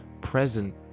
present